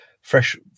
fresh